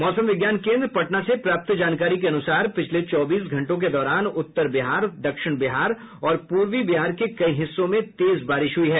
मौसम विज्ञान केन्द्र पटना से प्राप्त जानकारी के अनुसार पिछले चौबीस घंटों के दौरान उत्तर बिहार दक्षिण बिहार और पूर्वी बिहार के कई हिस्सों में तेज बारिश हुई है